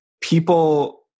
people